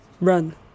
run